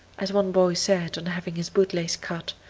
as one boy said on having his bootlace cut,